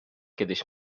kiedyś